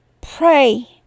Pray